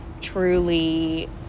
truly